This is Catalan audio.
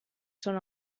són